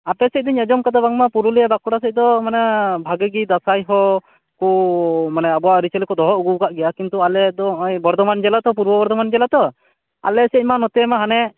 ᱟᱯᱮ ᱥᱮᱫ ᱫᱚᱹᱧ ᱟᱸᱡᱚᱢ ᱠᱟᱫᱟ ᱵᱟᱝ ᱢᱟ ᱯᱩᱨᱩᱞᱤᱟ ᱵᱟᱸᱠᱩᱲᱟ ᱥᱮᱫ ᱫᱚ ᱢᱟᱱᱮ ᱵᱷᱟᱜᱮ ᱜᱮ ᱫᱟᱸᱥᱟᱭ ᱦᱚᱸ ᱠᱳᱻ ᱢᱟᱱᱮ ᱟᱵᱚᱣᱟᱜ ᱟ ᱨᱤᱪᱟ ᱞᱤ ᱠᱚ ᱫᱚᱦᱚ ᱟ ᱜᱩ ᱠᱟᱜ ᱜᱮᱭᱟ ᱠᱤᱱᱛᱩ ᱟᱞᱮ ᱫᱚ ᱚᱜ ᱚᱭ ᱵᱚᱨᱫᱚᱢᱟᱱ ᱡᱮᱞᱟ ᱛᱚ ᱯᱩᱨᱵᱚ ᱵᱚᱨᱫᱚᱢᱟᱱ ᱡᱮᱞᱟ ᱛᱚ ᱟᱞᱮ ᱥᱮᱡ ᱢᱟ ᱱᱚᱛᱮ ᱢᱟ ᱦᱟᱱᱮ